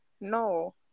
No